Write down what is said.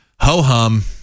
Ho-hum